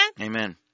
Amen